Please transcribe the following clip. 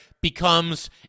becomes